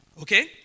Okay